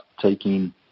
taking